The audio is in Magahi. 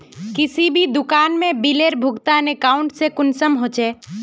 किसी भी दुकान में बिलेर भुगतान अकाउंट से कुंसम होचे?